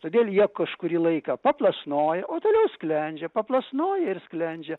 todėl jie kažkurį laiką paplasnoja o toliau sklendžia plasnoja ir sklendžia